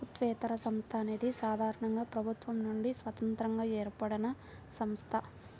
ప్రభుత్వేతర సంస్థ అనేది సాధారణంగా ప్రభుత్వం నుండి స్వతంత్రంగా ఏర్పడినసంస్థ